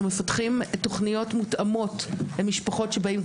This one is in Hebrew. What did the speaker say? מפתחים תוכניות מותאמות למשפחות שבאים,